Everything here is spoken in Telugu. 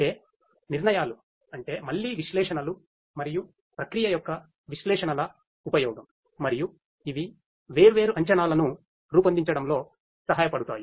అంటే నిర్ణయాలు అంటే మళ్ళీ విశ్లేషణలు మరియు ప్రక్రియ యొక్క విశ్లేషణల ఉపయోగం మరియు ఇవి వేర్వేరు అంచనాలను రూపొందించడంలో సహాయపడతాయి